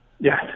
Yes